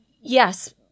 yes